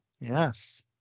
Yes